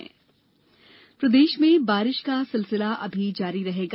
मौसम प्रदेश में बारिश का सिलसिला अभी जारी रहेगा